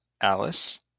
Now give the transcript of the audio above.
Alice